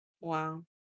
Wow